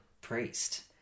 priest